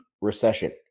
recession